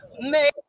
make